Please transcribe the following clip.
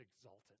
exalted